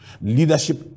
Leadership